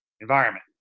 environment